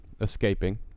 Escaping